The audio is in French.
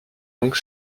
donc